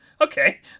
okay